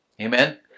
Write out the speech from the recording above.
Amen